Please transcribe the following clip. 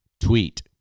tweet